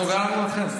אנחנו גררנו אתכם?